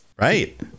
Right